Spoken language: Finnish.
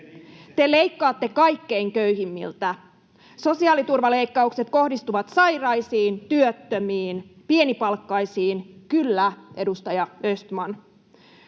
Te leikkaatte kaikkein köyhimmiltä, sosiaaliturvaleikkaukset kohdistuvat sairaisiin, työttömiin, pienipalkkaisiin. — Kyllä, edustaja Östman.